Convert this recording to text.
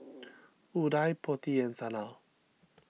Udai Potti and Sanal